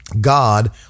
God